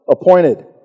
appointed